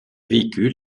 véhicules